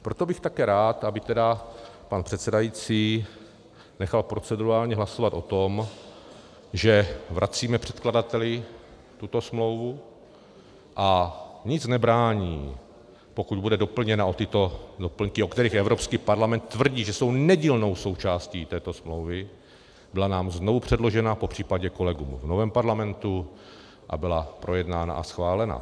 Proto bych také rád, aby pan předsedající nechal procedurálně hlasovat o tom, že vracíme předkladateli tuto smlouvu, a nic nebrání, pokud bude doplněna o tyto doplňky, o kterých Evropský parlament tvrdí, že jsou nedílnou součástí této smlouvy, aby nám byla znovu předložena, popř. kolegům v novém parlamentu, a byla projednána a schválena.